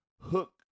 hook